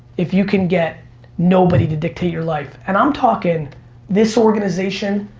if you can get nobody to dictate your life. and i'm talking this organization,